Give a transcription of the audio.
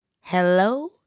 hello